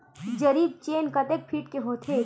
जरीब चेन कतेक फीट के होथे?